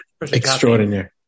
extraordinary